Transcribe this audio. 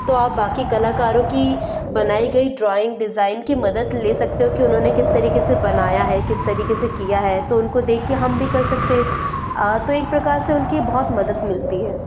तो आप बाकी कलाकारों की बनाई गई ड्रॉइंग डिजाईन की मदद ले सकते हो कि उन्होंने किस तरीके से बनाया है किस तरीके से किया है तो उनको देख के हम भी कर सकते हैं तो एक प्रकार से उनकी बहुत मदद मिलती है